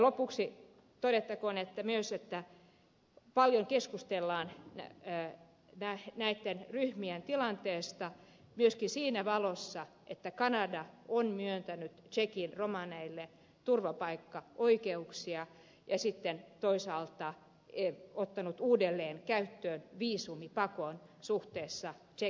lopuksi todettakoon myös että paljon keskustellaan näitten ryhmien tilanteesta myöskin siinä valossa että kanada on myöntänyt tsekin romaneille turvapaikkaoikeuksia ja sitten toisaalta ottanut uudelleen käyttöön viisumipakon suhteessa tsekkiläisiin